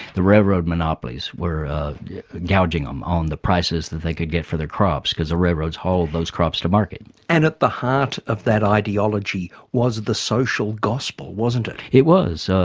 the railroad monopolies were gouging them um on the prices that they could get for their crops because the railroads hauled those crops to market. and at the heart of that ideology, was the social gospel wasn't it? it was.